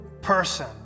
person